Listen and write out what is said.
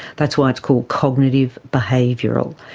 that's why it's called cognitive behavioural.